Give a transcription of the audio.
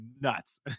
nuts